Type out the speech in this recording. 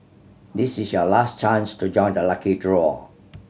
this is your last chance to join the lucky draw